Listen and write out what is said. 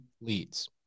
leads